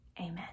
amen